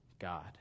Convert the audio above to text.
God